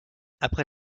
après